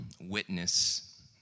witness